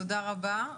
תודה רבה.